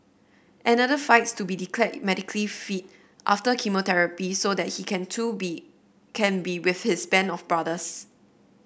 another fights to be declared medically fit after chemotherapy so that he can too be can be with his band of brothers